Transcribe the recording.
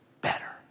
better